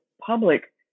public